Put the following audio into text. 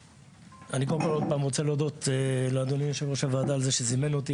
אני רוצה עוד פעם להודות לאדוני יושב-ראש הוועדה על זה שזימן אותי,